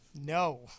No